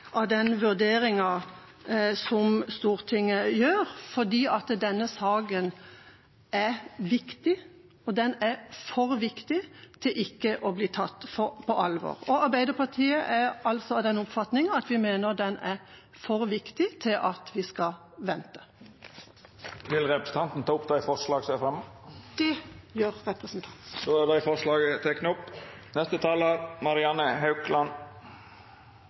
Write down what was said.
av den vurderingen Stortinget gjør, for denne saken er viktig, og den er for viktig til ikke å bli tatt på alvor. Arbeiderpartiet er altså av den oppfatning at vi mener den er for viktig til at vi skal vente. Jeg tar opp forslagene Arbeiderpartiet står bak sammen med Senterpartiet og Sosialistisk Venstreparti. Representanten Kari Henriksen har tatt opp